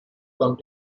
come